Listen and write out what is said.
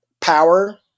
power